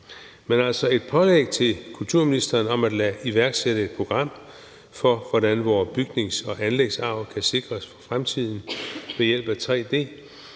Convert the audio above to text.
altså et pålæg til kulturministeren om at iværksætte et program for, hvordan vores bygnings- og anlægsarv kan sikres for fremtiden ved hjælp af